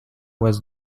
was